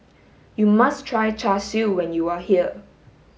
you must try char siu when you are here